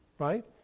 Right